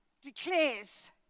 declares